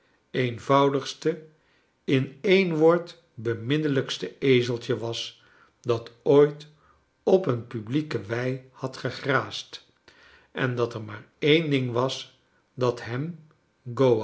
eenvoudigste in een woord beminneiijkste ezelt je was dat ooit op een publieke wei had gegraasd en dat er maar een ding was dat hem